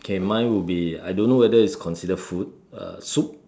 okay mine would be I don't know whether it's considered food uh soup